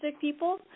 people